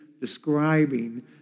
describing